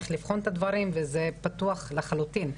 איך לבחון את הדברים וזה פתוח לחלוטין.